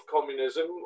communism